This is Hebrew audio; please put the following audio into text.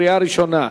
בקריאה ראשונה,